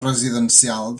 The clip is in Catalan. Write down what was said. residencial